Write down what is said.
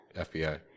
FBI